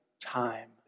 time